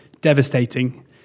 devastating